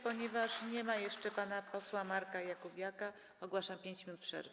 Ponieważ nie ma jeszcze pana posła Marka Jakubiaka, ogłaszam 5 minut przerwy.